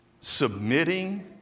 Submitting